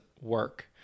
work